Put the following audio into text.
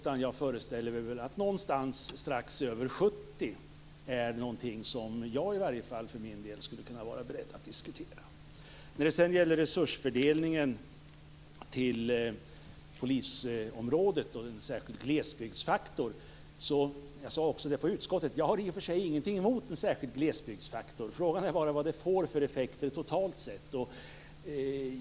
Jag föreställer mig att jag för min del i varje fall kan vara beredd att diskutera en nivå strax över 70. När det gäller fördelningen av resurser till polisområdet och detta med en särskild glesbygdsfaktor har jag, och det har jag också sagt i utskottet, ingenting emot nämnda faktor. Frågan är bara vilka effekterna totalt sett blir.